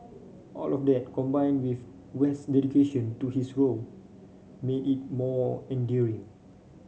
all of that combined with west's dedication to his role made it more endearing